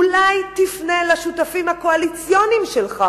אולי תפנה אל השותפים הקואליציוניים שלך